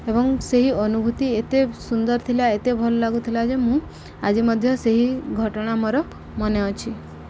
ଏବଂ ସେହି ଅନୁଭୂତି ଏତେ ସୁନ୍ଦର ଥିଲା ଏତେ ଭଲ ଲାଗୁଥିଲା ଯେ ମୁଁ ଆଜି ମଧ୍ୟ ସେହି ଘଟଣା ମୋର ମନେ ଅଛି